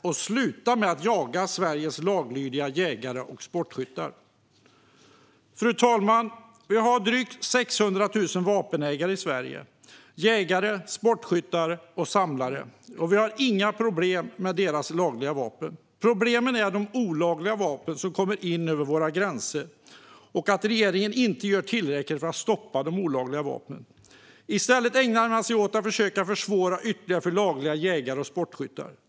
Och sluta jaga Sveriges laglydiga jägare och sportskyttar! Fru talman! Vi har drygt 600 000 vapenägare i Sverige. Det är jägare, sportskyttar och samlare. Vi har inga problem med deras lagliga vapen. Problemet är alla olagliga vapen som kommer in över våra gränser och att regeringen inte gör tillräckligt för att stoppa dessa. I stället ägnar man sig åt att försöka försvåra ytterligare för laglydiga jägare och sportskyttar.